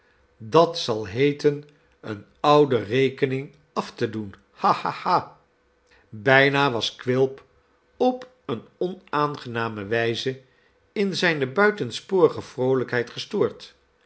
dat zal heeten eene oude rekening af te doen ha ha ha bijna was quilp op eene onaangename wijze in zijne buitensporige vroolijkheid gestoord